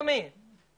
בדימונה זה שטח ברוטו,